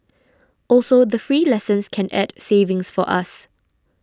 also the free lessons can add savings for us